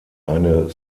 eine